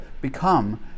become